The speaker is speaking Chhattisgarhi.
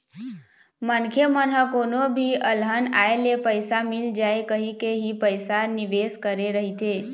मनखे मन ह कोनो भी अलहन आए ले पइसा मिल जाए कहिके ही पइसा निवेस करे रहिथे